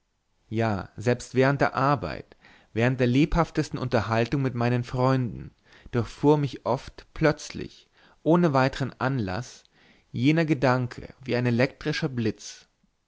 ja selbst während der arbeit während der lebhaftesten unterhaltung mit meinen freunden durchfuhr mich oft plötzlich ohne weitern anlaß jener gedanke wie ein elektrischer blitz